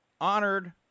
honored